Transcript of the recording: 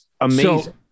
amazing